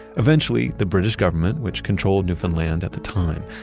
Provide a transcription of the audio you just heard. eventually, the british government, which controlled newfoundland at the time,